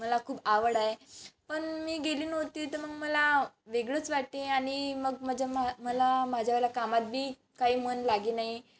मला खूप आवड आहे पण मी गेली नव्हती तर मग मला वेगळंच वाटते आणि मग माझ्या मा मला माझ्यावाल्या कामातही काही मन लागे नाही